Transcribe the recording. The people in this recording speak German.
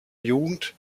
jugend